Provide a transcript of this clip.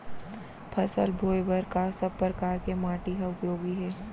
फसल बोए बर का सब परकार के माटी हा उपयोगी हे?